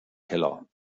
keller